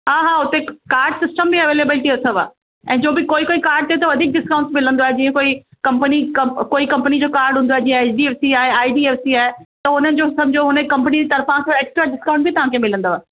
हा हा हुते कार्ड सिस्टम बि अवेलेबिलिटी अथव ऐं जो बि कोई कोई कार्ड ते वधीक डिस्काउंट मिलंदो आहे जीअं कोई कंपनी कमु कंपनी जो कार्ड हूंदो आहे जीअं H D F C I D F C आहे त हुनजो समुझो हुन कंपनी तर्फ़ां एक्स्ट्रा डिस्काउंट बि तव्हांखे मिलंदव